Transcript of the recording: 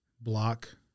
block